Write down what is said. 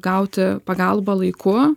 gauti pagalbą laiku